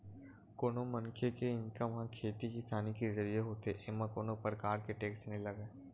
कोनो मनखे के इनकम ह खेती किसानी के जरिए होथे एमा कोनो परकार के टेक्स नइ लगय